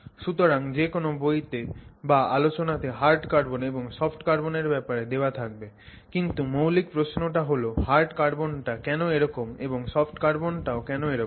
সুতরাং যে কোন বই তে বা আলোচনাতে হার্ড কার্বন এবং সফট কার্বনের ব্যাপারে দেওয়া থাকবে কিন্তু মৌলিক প্রশ্নটা হল হার্ড কার্বনটা কেন এরকম এবং সফট কার্বনটাও কেন এরকম